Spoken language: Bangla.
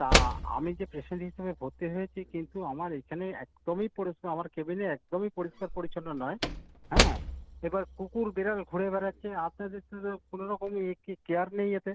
তা আমি যে পেশেন্ট হিসেবে ভর্তি হয়েছি আমার এখানে আমার কেবিনে একদমই পরিষ্কার পরিচ্ছন্ন নয় হ্যাঁ এবার কুকুর বেড়াল ঘুরে বেড়াচ্ছে আপনাদের তো সে কোনো রকমই এ কেয়ার নেই এতে